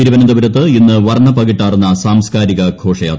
തിരുവനന്തപൂരത്ത് ഇന്ന് വർണപ്പകിട്ടാർന്ന സാംസ്കാരിക ഘോഷയാത്ര